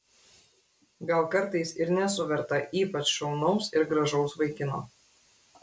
gal kartais ir nesu verta ypač šaunaus ir gražaus vaikino